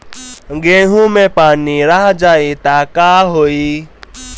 गेंहू मे पानी रह जाई त का होई?